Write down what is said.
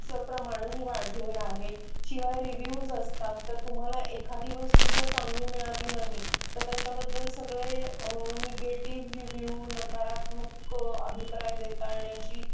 चं प्रमाणही वाढलेलं आहे शिवाय रिव्ह्यूज असतात तर तुम्हाला एखादी वस्तू जर चांगली मिळाली नाही तर त्याच्याबद्दल सगळे निगेटिव्ह रिव्ह्यू नकारात्मक अभिप्राय देता येण्याची